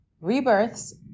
Rebirths